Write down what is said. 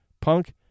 Punk